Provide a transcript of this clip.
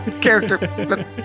character